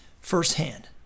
firsthand